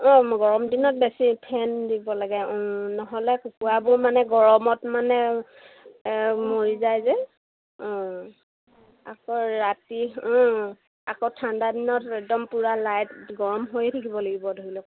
অঁ গৰম দিনত বেছি ফেন দিব লাগে নহ'লে কুকুৰাবোৰ মানে গৰমত মানে মৰি যায় যে আকৌ ৰাতি আকৌ ঠাণ্ডা দিনত একদম পূৰা লাইট গৰম হৈ থাকিব লাগিব ধৰি লওক